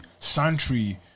Santry